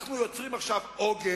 עכשיו אנחנו יוצרים עוגן,